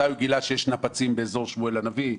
מתי הוא גילה שיש נפצים באזור שמואל הנביא.